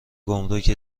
گمرک